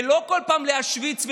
ולא בכל פעם להשוויץ ולהגיד: